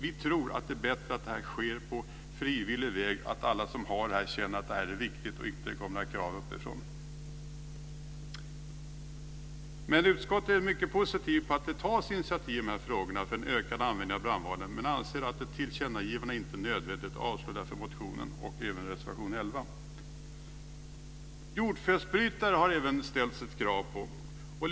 Vi tror att det är bättre att det sker på frivillig väg, att alla känner att det är viktigt, att det inte kommer några krav uppifrån. Utskottet ser mycket positivt på att initiativ tas för att öka användningen av brandvarnare men anser att ett tillkännagivande inte är nödvändigt. Motionen avstyrks därmed, liksom reservation 11. Det har även ställts krav på jordfelsbrytare.